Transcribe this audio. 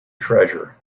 treasure